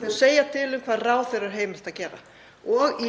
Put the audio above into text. Þau segja til um hvað ráðherra er heimilt að gera.